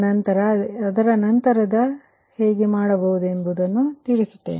ಒಮ್ಮೆ ನೀವು ಮಾಡಿದ ನಂತರ ನಾವು ಅದನ್ನು ಹೇಗೆ ಮಾಡುತ್ತೇವೆ ಎಂದು ಈಗ ನೋಡಿ